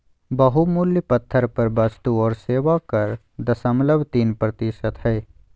बहुमूल्य पत्थर पर वस्तु और सेवा कर दशमलव तीन प्रतिशत हय